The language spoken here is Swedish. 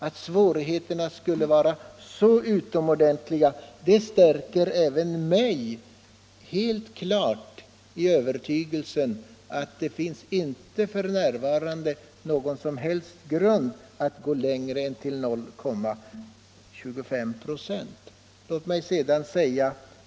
= Att svårigheterna skulle vara så utomordentligt stora, stärker mig i min — Arbetsmarknadsutövertygelse att det inte för närvarande finns någon som helst grund för = bildningen att gå längre än till 0,25 96.